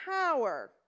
power